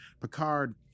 Picard